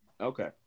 Okay